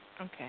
Okay